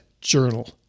Journal